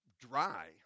dry